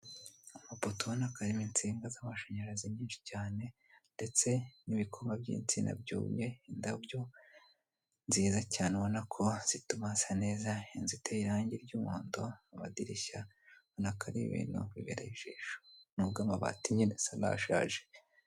Amapoto ubona ko arimo insinga z'amashanyarazi nyinshi cyane, ndetse n'ibikoba by'insina byumye indabyo nziza cyane ko zituma hasa neza, inzu iteye irangi ry'umuhondo amadirishya ubona ko ari ibintu biberaye ijisho nubwo amabati nyine asa naho ashaje.